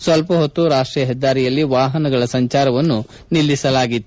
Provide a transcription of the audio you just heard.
ಸ್ಥಲ್ಲ ಹೊತ್ತು ರಾಷ್ಷೀಯ ಹೆದ್ದಾರಿಯಲ್ಲಿ ವಾಹನಗಳ ಸಂಚಾರವನ್ನು ನಿಲ್ಲಿಸಲಾಗಿತ್ತು